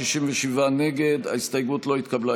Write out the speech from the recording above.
ואני מאחל לאופוזיציה שיעשו את מלאכתם נאמנה,